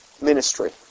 ministry